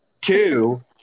two